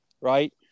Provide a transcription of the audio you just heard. right